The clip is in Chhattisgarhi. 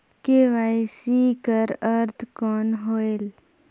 के.वाई.सी कर अर्थ कौन होएल?